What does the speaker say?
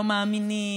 לא מאמינים.